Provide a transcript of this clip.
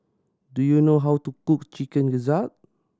do you know how to cook Chicken Gizzard